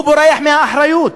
הוא בורח מאחריות.